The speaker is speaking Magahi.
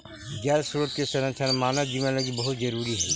जल स्रोत के संरक्षण मानव जीवन लगी बहुत जरूरी हई